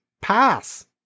pass